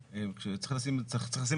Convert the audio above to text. --- רק לציין בהקשר הזה שצריך להביא